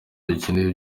dukeneye